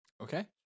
Okay